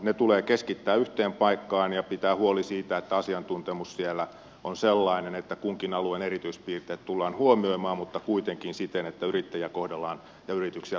ne tulee keskittää yhteen paikkaan ja pitää huoli siitä että asiantuntemus siellä on sellainen että kunkin alueen erityispiirteet tullaan huomioimaan mutta kuitenkin siten että yrittäjiä ja yrityksiä kohdellaan tasapuolisesti